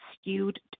skewed